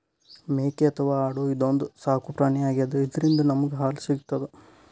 ಮೇಕೆ ಅಥವಾ ಆಡು ಇದೊಂದ್ ಸಾಕುಪ್ರಾಣಿ ಆಗ್ಯಾದ ಇದ್ರಿಂದ್ ನಮ್ಗ್ ಹಾಲ್ ಸಿಗ್ತದ್